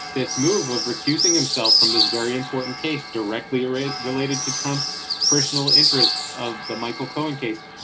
this move of recusing himself from this very important case directly or it related to trump's personal interests of the michael cohen case,